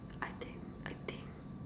I think I think